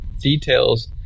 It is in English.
details